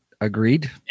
Agreed